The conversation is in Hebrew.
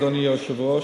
אדוני היושב-ראש,